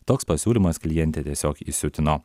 toks pasiūlymas klientę tiesiog įsiutino